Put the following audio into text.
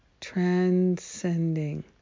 transcending